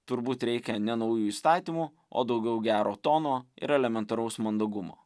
turbūt reikia ne naujų įstatymų o daugiau gero tono ir elementaraus mandagumo